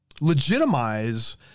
legitimize